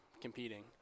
competing